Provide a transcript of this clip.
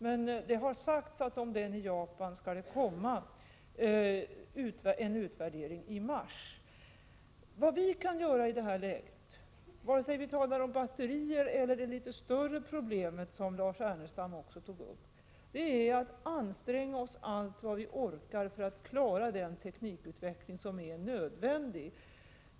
Men det har sagts att det skall komma en utvärdering i mars av anläggningen i Japan. Vad vi kan göra i detta läge, vare sig det gäller batterier eller det större problemet som Lars Ernestam också tog upp, är att anstränga oss allt vad vi orkar för att klara den teknikutveckling som är nödvändig.